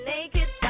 Naked